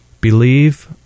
Believe